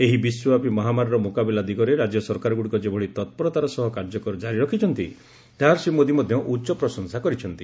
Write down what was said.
ଏହି ବିଶ୍ୱବ୍ୟାପୀ ମହାମାରୀର ମୁକାବିଲା ଦିଗରେ ରାଜ୍ୟ ସରକାରଗୁଡ଼ିକ ଯେଭଳି ତତ୍ପରତାର ସହ କାର୍ଯ୍ୟ କାରି ରଖିଛନ୍ତି ତାହାର ଶ୍ରୀ ମୋଦି ମଧ୍ୟ ଉଚ୍ଚ ପ୍ରଶଂସା କରିଛନ୍ତି